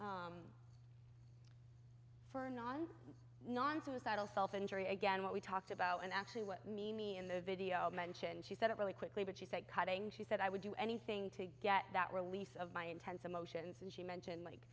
for non non societal self injury again what we talked about and actually was me me in the video mentioned she said it really quickly but she said cutting she said i would do anything to get that release of my intense emotions and she mentioned mike